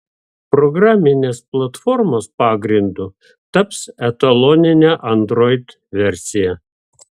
programinės platformos pagrindu taps etaloninė android versija